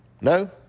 No